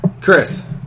Chris